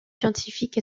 scientifiques